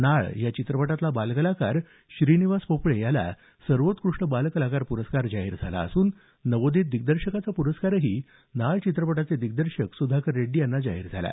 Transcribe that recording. नाळ या चित्रपटातला बालकलाकार श्रीनिवास पोफळे याला सर्वोत्कृष्ट बाल कलाकार प्रस्कार जाहीर झाला असून नवोदित दिग्दर्शकाचा पुरस्कारही नाळ चित्रपटाचे दिग्दर्शक सुधाकर रेड्डी यांना जाहीर झाला